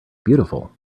beautiful